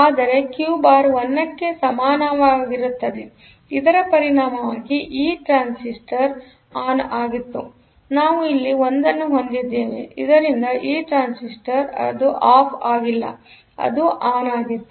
ಆದ್ದರಿಂದ Q bar 1 ಕ್ಕೆ ಸಮಾನವಾಗಿರುತ್ತದೆಇದರ ಪರಿಣಾಮವಾಗಿ ಈ ಟ್ರಾನ್ಸಿಸ್ಟರ್ ಆನ್ ಆಗಿತ್ತು ನಾವು ಇಲ್ಲಿ 1 ಅನ್ನು ಹೊಂದಿದ್ದೇವೆಆದ್ದರಿಂದ ಈ ಟ್ರಾನ್ಸಿಸ್ಟರ್ ಅದು ಆಫ್ ಆಗಿಲ್ಲಅದು ಆನ್ ಆಗಿತ್ತು